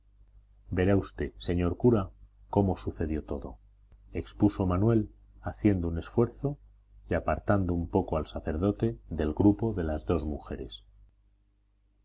verá usted señor cura cómo sucedió todo expuso manuel haciendo un esfuerzo y apartando un poco al sacerdote del grupo de las dos mujeres